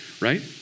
right